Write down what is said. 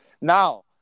Now